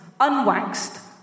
unwaxed